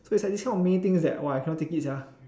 so is like this kind of many things that !wah! I cannot take it sia